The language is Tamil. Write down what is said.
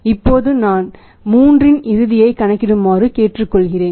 இப்போது நான் 3இன் இறுதியை கணக்கிடுமாறு கேட்டுக்கொள்கிறேன்